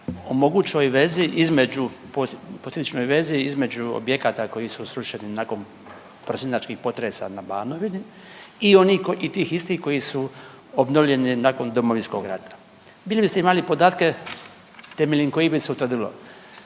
posljedičnoj vezi između objekata koji su srušeni nakon prosinačkih potresa na Banovini i onih, i tih istih koji su obnovljeni nakon Domovinskog rata. Bili biste imali podatke temeljem kojih bi se utvrdilo